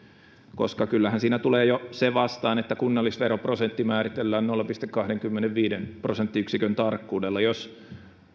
koska kyllähän siinä tulee jo se vastaan että kunnallisveroprosentti määritellään nolla pilkku kahdenkymmenenviiden prosenttiyksikön tarkkuudella jos